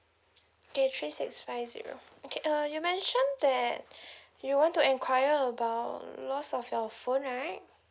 okay three six five zero okay uh you mention that you want to inquire about lost of your phone right